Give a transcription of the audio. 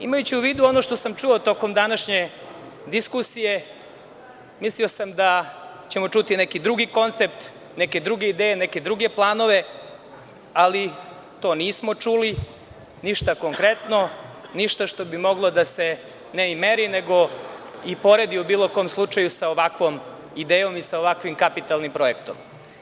Imajući u vidu ono što sam čuo tokom današnje diskusije, mislio sam da ćemo čuti neki drugi koncept, neke druge ideje, neke druge planove, ali to nismo čuli, ništa konkretno, ništa što bi moglo da se, ne i meri nego i poredi u bilo kom slučaju sa ovakvom idejom i sa ovakvim kapitalnim projektom.